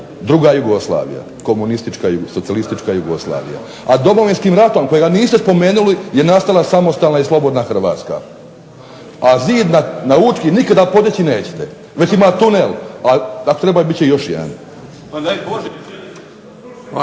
druga Jugoslavija, komunistička i socijalistička Jugoslavija, a Domovinskim ratom kojega niste spomenuli je nastala samostalna i slobodna Hrvatska. A zid na Učki nikada podići nećete. Već ima tunel, ako treba bit će i još jedan.